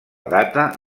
data